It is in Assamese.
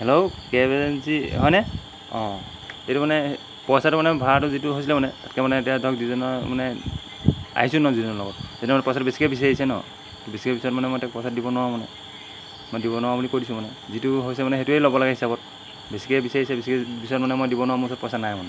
হেল্ল' কেব এজেঞ্চি হয়নে অঁ এইটো মানে পইচাটো মানে ভাড়াটো যিটো হৈছিলে মানে তাতকৈ মানে এতিয়া ধৰক যিজনৰ মানে আহিছোঁ ন যিজনৰ লগত সেইজনে মানে পইচাটো বেছিকৈ বিচাৰিছে ন বেছিকৈ বিচৰাত মানে মই তেওঁক পইচাটো দিব নোৱাৰোঁ মানে মই দিব নোৱাৰোঁ বুলি কৈ দিছোঁ মানে যিটো হৈছে মানে সেইটোৱে ল'ব লাগে হিচাবত বেছিকৈ বিচাৰিছে বেছিকৈ বিচাৰত মানে মই দিব নোৱাৰোঁ মোৰ চব পইচা নাই মানে